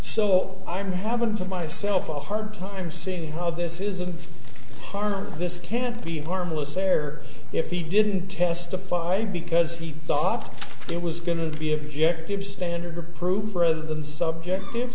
so i'm having to myself a hard time seeing how this is a part of this can't be harmless error if he didn't testify because he thought it was going to be objective standard of proof for the subjective